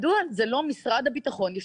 מדוע זה לא משרד הביטחון ישירות,